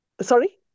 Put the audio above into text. Sorry